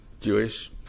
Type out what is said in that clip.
Jewish